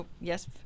yes